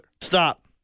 Stop